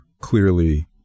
clearly